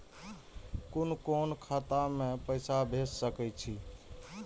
कुन कोण खाता में पैसा भेज सके छी?